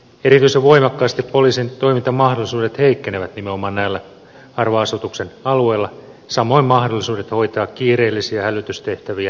erityisen voimakkaasti poliisin toimintamahdollisuudet heikkenevät nimenomaan näillä harvan asutuksen alueilla samoin mahdollisuudet hoitaa kiireellisiä hälytystehtäviä lähimmän partion periaatteella